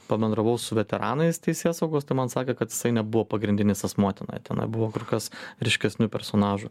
pabendravau su veteranais teisėsaugos tai man sakė kad jisai nebuvo pagrindinis asmuo tenai tenai buvo kur kas ryškesnių personažų